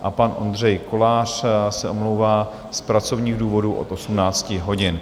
A pan Ondřej Kolář se omlouvá z pracovních důvodů od 18 hodin.